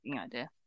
idea